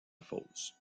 fosse